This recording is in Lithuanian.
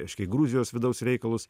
reiškia į gruzijos vidaus reikalus